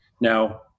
Now